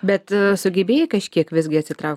bet sugebėjai kažkiek visgi atsitraukt